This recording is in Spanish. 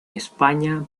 españa